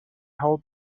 hold